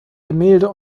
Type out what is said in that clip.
gemälde